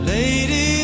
Lady